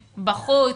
בחוץ,